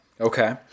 Okay